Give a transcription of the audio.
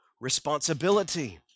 responsibility